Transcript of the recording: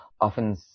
often